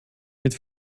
mit